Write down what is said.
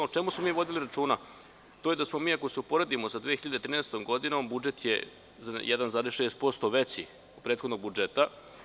Ono o čemu smo mi vodili računa to je ako se uporedimo sa 2013. godinom, budžet je za 1,6% veći od prethodnog budžeta.